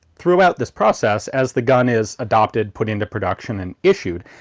throughout this process as the gun is adopted, put into production and issued,